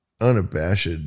unabashed